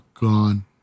gone